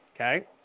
Okay